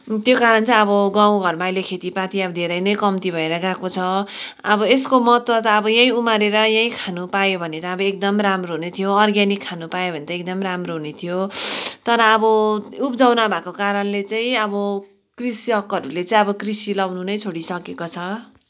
त्यो कारण चाहिँ अब गाउँघरमा अहिले खेतीपाती अब धेरै नै कम्ती भएर गएको छ अब यसको महत्त्व त अब यहीँ उमारे यहीँ खानु पायो भने त अब एकदम राम्रो हुने थियो अर्ग्यानिक खानु पायो भने त एकदमै राम्रो हुने थियो तर अब उब्जाउ नभएको कारणले चाहिँ अब कृषकहरूले चाहिँ अब कृषि लगाउनु नै छोडि्सकेको छ